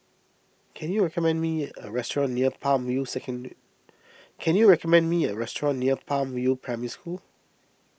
can you recommend me a restaurant near Palm View second can you recommend me a restaurant near Palm View Primary School